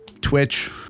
Twitch